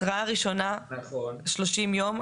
התראה ראשונה 30 ימים.